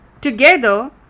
Together